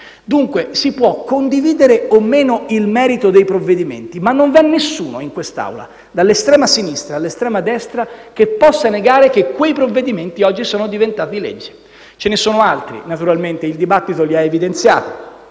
Dunque, si può condividere o meno il merito dei provvedimenti, ma non vi è nessuno in quest'Aula, dall'estrema sinistra all'estrema destra, che possa negare che quei provvedimenti oggi sono diventati legge. Ce ne sono altri naturalmente, il dibattito li ha evidenziati: